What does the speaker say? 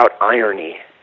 irony